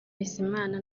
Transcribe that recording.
bizimana